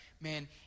man